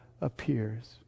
appears